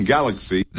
Galaxy